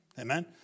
Amen